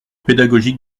pédagogique